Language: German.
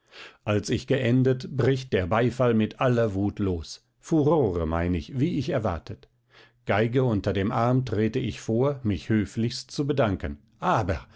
als ich geendet bricht der beifall mit aller wut los furore mein ich wie ich erwartet geige unter dem arm trete ich vor mich höflichst zu bedanken aber